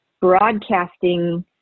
broadcasting